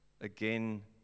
again